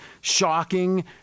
shocking